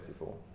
54